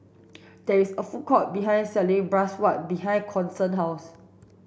there is a food court behind selling Bratwurst behind Kason's house